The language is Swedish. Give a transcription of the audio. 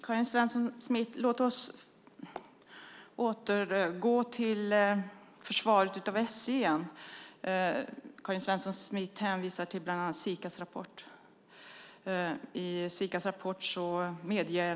Fru talman! Låt oss återgå till försvaret av SJ, Karin Svensson Smith. Karin Svensson Smith hänvisar bland annat till Sikas rapport.